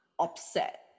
upset